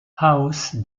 house